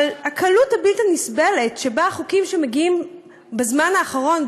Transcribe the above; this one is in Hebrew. אבל הקלות הבלתי-נסבלת שבה חוקים שמגיעים בזמן האחרון,